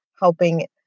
helping